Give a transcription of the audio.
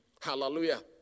Hallelujah